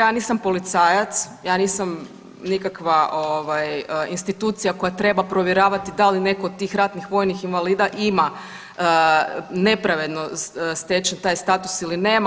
Ja nisam policajac, ja nisam nikakva ovaj institucija koja treba provjeravati da li netko od tih ratnih vojnih invalida ima nepravedno stečen taj status ili nema.